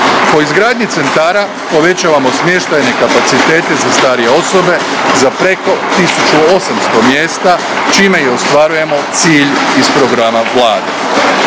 Po izgradnji centara povećavamo smještajne kapacitete za starije osobe za preko 1.800 mjesta čime i ostvarujemo cilj iz Program Vlade.